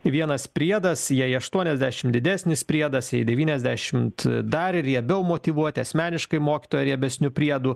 vienas priedas jeu aštuoniasdešim didesnis priedas jei devyniasdešimt dar riebiau motyvuoti asmeniškai mokytoją riebesniu priedu